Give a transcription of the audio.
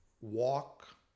walk